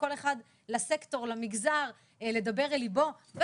לכל סקטור ולכל מגזר ולדבר ללבו של כל סקטור.